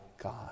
God